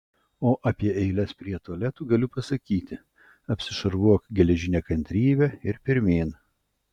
o apie eiles prie tualetų galiu pasakyti apsišarvuok geležine kantrybe ir pirmyn